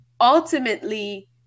Ultimately